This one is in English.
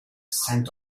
saint